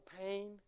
pain